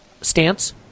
stance